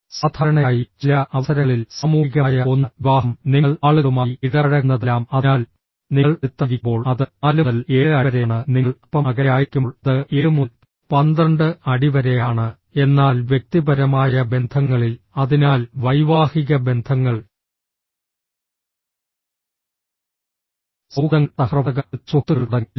സാധാരണയായി ചില അവസരങ്ങളിൽ സാമൂഹികമായ ഒന്ന് വിവാഹം നിങ്ങൾ ആളുകളുമായി ഇടപഴകുന്നതെല്ലാം അതിനാൽ നിങ്ങൾ അടുത്തായിരിക്കുമ്പോൾ അത് 4 മുതൽ 7 അടി വരെയാണ് നിങ്ങൾ അൽപ്പം അകലെയായിരിക്കുമ്പോൾ അത് 7 മുതൽ 12 അടി വരെയാണ് എന്നാൽ വ്യക്തിപരമായ ബന്ധങ്ങളിൽ അതിനാൽ വൈവാഹിക ബന്ധങ്ങൾ സൌഹൃദങ്ങൾ സഹപ്രവർത്തകർ അടുത്ത സുഹൃത്തുക്കൾ തുടങ്ങി എല്ലാം